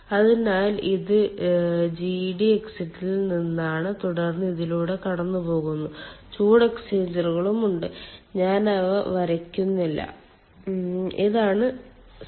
അതിനാൽ ഇത് ജിടി എക്സിറ്റിൽ നിന്നാണ് തുടർന്ന് ഇതിലൂടെ കടന്നുപോകുന്നു ചൂട് എക്സ്ചേഞ്ചറുകൾ ഉണ്ട് ഞാൻ അവ വരയ്ക്കുന്നില്ല ഇതാണ് സ്റ്റാക്ക്